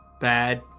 bad